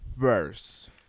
first